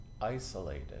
isolated